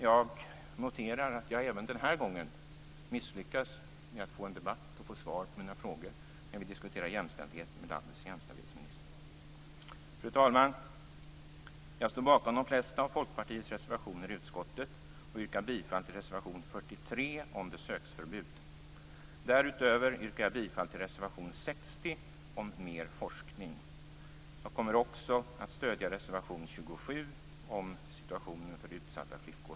Jag noterar att jag även den här gången misslyckas med att få en debatt och att få svar på mina frågor när vi diskuterar jämställdhet med landets jämställdhetsminister. Fru talman! Jag står bakom de flesta av Folkpartiets reservationer i utskottet och yrkar bifall till reservation 43 om besöksförbud. Därutöver yrkar jag bifall till reservation 60 om mer forskning. Jag kommer också att stödja reservation 27 om situationen för utsatta flickor.